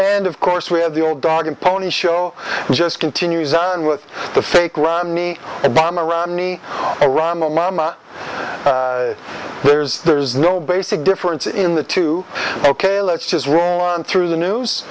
and of course we have the old dog and pony show just continues on with the fake romney bomb around me a rama mama there's there's no basic difference in the two ok let's just roll on through the news